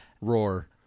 roar